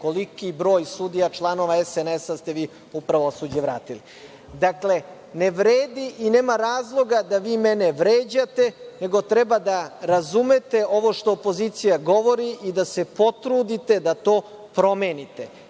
koliki broj sudija članova SNS-a ste vi u pravosuđe vratili. Dakle, ne vredi i nema razloga da vi mene vređate, nego treba da razumete ovo što opozicija govori i da se potrudite da to promenite.